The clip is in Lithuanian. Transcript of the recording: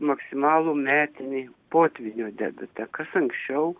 maksimalų metinį potvynio debitą kas anksčiau